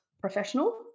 professional